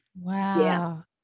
Wow